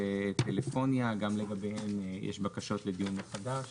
טלפוניה" גם לגביהן יש בקשה לדיון מחדש.